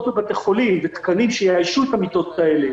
בבתי חולים ותקנים שיאיישו את המיטות האלה